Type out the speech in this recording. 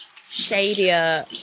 shadier